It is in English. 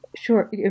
Sure